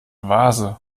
vase